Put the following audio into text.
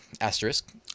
asterisk